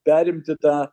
perimti tą